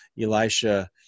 Elisha